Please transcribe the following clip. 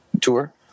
tour